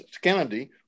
Kennedy